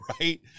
right